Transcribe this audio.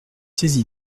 saisi